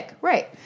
right